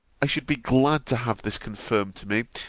i should be glad to have this confirmed to me,